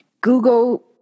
Google